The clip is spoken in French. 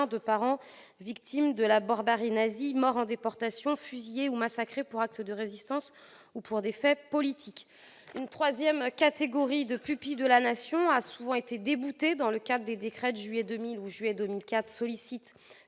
de parents victimes de la barbarie nazie, morts en déportation, fusillés ou massacrés pour actes de résistance ou pour des faits politiques. Une troisième catégorie de pupilles de la Nation, souvent déboutée dans le cadre des décrets de juillet 2000 et de juillet 2004, sollicite